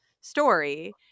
story